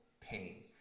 pain